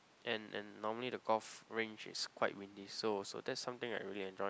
and and normally the golf range is quite windy so also that's something I really enjoy